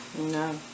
No